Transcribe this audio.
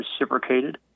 reciprocated